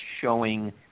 showing –